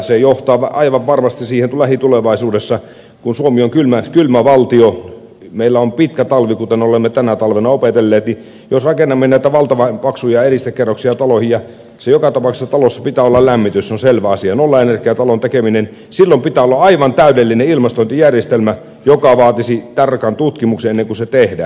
se johtaa aivan varmasti siihen että lähitulevaisuudessa kun suomi on kylmä valtio meillä on pitkä talvi kuten olemme tänä talvena opetelleet jos rakennamme näitä valtavan paksuja eristekerroksia taloihin ja joka tapauksessa talossa pitää olla lämmitys se on selvä asia nollaenergiatalossa pitää olla aivan täydellinen ilmastointijärjestelmä joka vaatisi tarkan tutkimuksen ennen kuin se tehdään